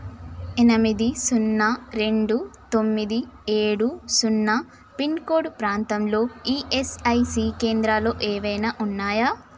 ఎనమిది సున్నా రెండు తొమ్మిది ఏడు సున్న పిన్కోడ్ ప్రాంతంలో ఈఎస్ఐసి కేంద్రాలు ఏవైనా ఉన్నాయా